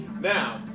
Now